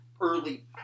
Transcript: early